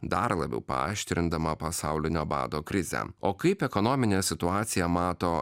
dar labiau paaštrindama pasaulinio bado krizę o kaip ekonominę situaciją mato